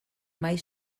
mai